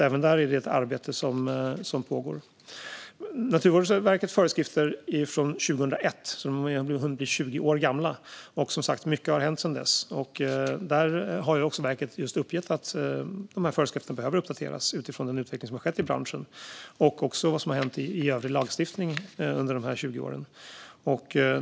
Även där pågår det alltså ett arbete. Naturvårdsverkets föreskrifter är från 2001 och har hunnit bli 20 år gamla, och mycket har som sagt hänt sedan dess. Där har verket uppgett att dessa föreskrifter behöver uppdateras utifrån den utveckling som har skett i branschen och utifrån vad som har skett i övrig lagstiftning under dessa 20 år.